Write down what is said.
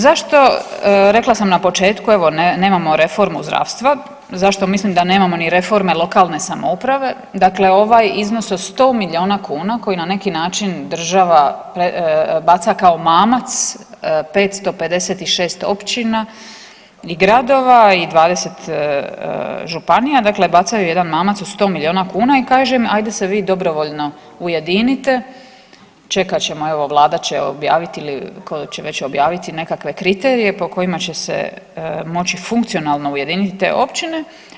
Zašto, rekla sam na početku, evo, nemamo reformu zdravstva, zašto mislim da nemamo ni reformu lokalne samouprave, dakle ovaj iznos od 100 milijuna kuna koji na neki način država baca kao mamac, 556 općina i gradova i 20 županija, dakle bacaju jedan mamac od 100 milijuna kuna i kažem, ajde se vi dobrovoljno ujedinite, čekat ćemo, evo, Vlada će objaviti ili tko li će već objaviti nekakve kriterije po kojima će se moći funkcionalno ujediniti te općine.